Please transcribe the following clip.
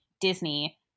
Disney